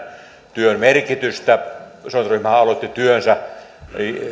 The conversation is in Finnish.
työn merkitystä seurantaryhmähän aloitti työnsä